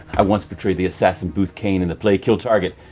i once portrayed the assassin booth kane in the play kill target.